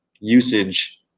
usage